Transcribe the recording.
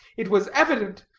it was evident,